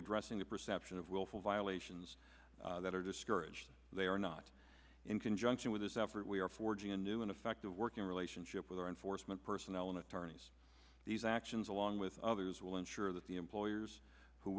addressing the perception of willful violations that are discouraged they are not in conjunction with this effort we are forging a new and effective working relationship with our enforcement personnel and attorneys these actions along with others will ensure that the employers who